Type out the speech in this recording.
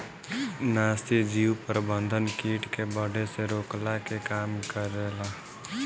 नाशीजीव प्रबंधन किट के बढ़े से रोकला के काम करेला